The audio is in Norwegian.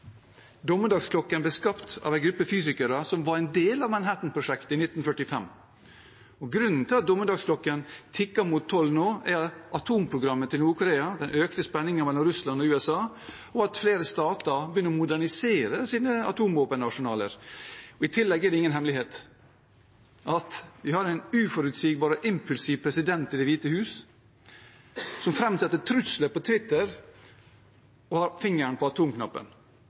Dommedagsklokken ble skapt av en gruppe fysikere som var en del av Manhattan-prosjektet i 1945. Grunnen til at dommedagsklokken tikker mot tolv nå, er atomprogrammet til Nord-Korea, den økte spenningen mellom Russland og USA, og at flere stater begynner å modernisere sine atomvåpenarsenaler. I tillegg er det ingen hemmelighet at vi har en uforutsigbar og impulsiv president i Det hvite hus, som framsetter trusler på Twitter, og har fingeren på